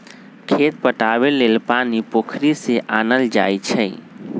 खेत पटाबे लेल पानी पोखरि से आनल जाई छै